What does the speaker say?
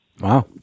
Wow